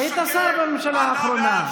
היית שר בממשלה האחרונה.